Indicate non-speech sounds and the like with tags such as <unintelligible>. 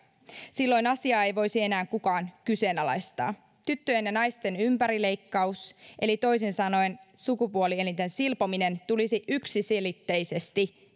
silloin asiaa ei voisi enää kukaan kyseenalaistaa tyttöjen ja naisten ympärileikkaus eli toisin sanoen sukupuolielinten silpominen tulisi yksiselitteisesti <unintelligible>